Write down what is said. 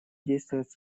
действовать